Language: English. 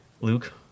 Luke